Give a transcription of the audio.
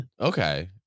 Okay